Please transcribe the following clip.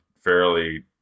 fairly